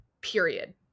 period